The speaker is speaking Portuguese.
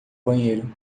banheiro